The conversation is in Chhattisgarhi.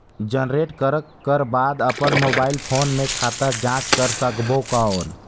जनरेट करक कर बाद अपन मोबाइल फोन मे खाता जांच कर सकबो कौन?